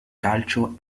calcio